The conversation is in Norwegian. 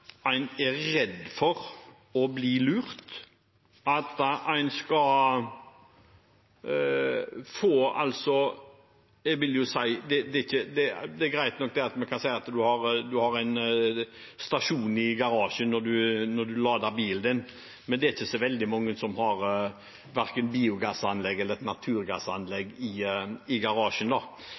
en er redd for å bli lurt. Det er greit nok at vi kan si at man har en stasjon i garasjen når man lader bilen sin, men det er ikke så veldig mange som har verken biogassanlegg eller et naturgassanlegg i garasjen.